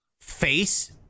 face